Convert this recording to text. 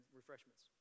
refreshments